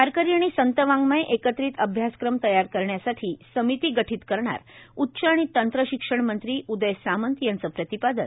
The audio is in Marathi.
वारकरी आणि संत वाङ्मय एकत्रित अभ्यासक्रम तयार करण्यासाठी समिती गठित करणार उच्च आणि तंत्रशिक्षण मंत्री उदय सामंत यांच प्रतिपादन